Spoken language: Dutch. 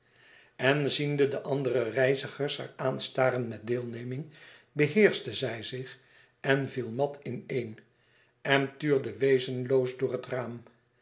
en ziende de andere reizigers haar aanstaren met deelneming beheerschte zij zich en viel mat ineen en tuurde wezenloos door het raam